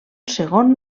segon